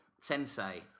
sensei